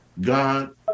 God